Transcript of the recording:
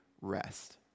rest